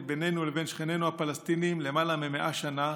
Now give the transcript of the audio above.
בינינו לבין שכנינו הפלסטינים יותר מ-100 שנה.